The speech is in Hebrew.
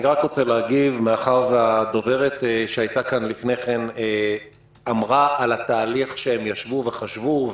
מאחר והדוברת שהייתה כאן לפני כן אמרה על התהליך שהם ישבו וחשבו,